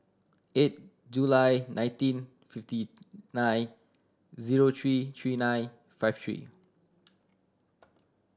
eight July nineteen fifty nine zero three three nine five three